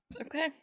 okay